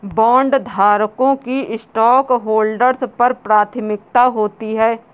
बॉन्डधारकों की स्टॉकहोल्डर्स पर प्राथमिकता होती है